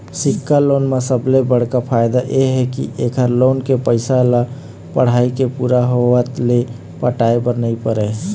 सिक्छा लोन म सबले बड़का फायदा ए हे के एखर लोन के पइसा ल पढ़ाई के पूरा होवत ले पटाए बर नइ परय